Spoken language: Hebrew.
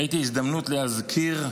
ראיתי הזדמנות להזכיר,